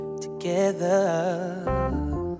together